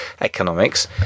economics